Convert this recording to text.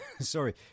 Sorry